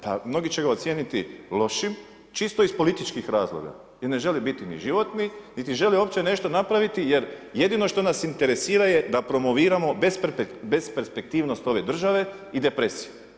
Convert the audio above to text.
Pa mnogi će ga ocijeniti lošim čisto iz političkih razloga jer ne žele biti ni životni, niti žele uopće nešto napraviti jer jedino što nas interesira je da promoviramo besperspektivnost ove države i depresiju.